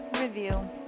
review